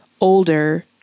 older